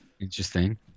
Interesting